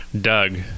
Doug